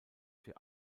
für